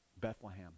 Bethlehem